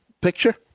picture